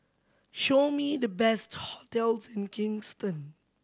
show me the best hotels in Kingston